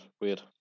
weird